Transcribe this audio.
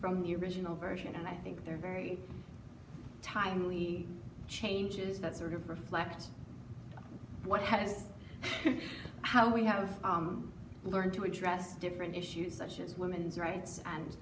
from the original version and i think they're very timely changes that sort of reflect what has how we have learned to address different issues such as women's rights and